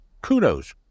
Kudos